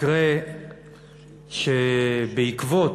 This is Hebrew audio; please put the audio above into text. מקרה שבעקבות,